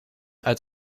uit